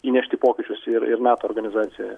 įnešti pokyčius ir ir nato organizacijoje